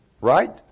Right